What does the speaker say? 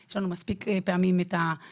לנו יש מספיק פעמים לדבר.